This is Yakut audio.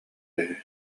үһү